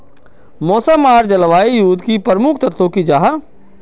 मौसम आर जलवायु युत की प्रमुख तत्व की जाहा?